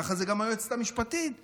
כך זה גם היועצת המשפטית לממשלה.